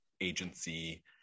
agency